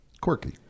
quirky